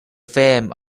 fame